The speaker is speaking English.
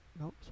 Nope